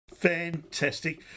Fantastic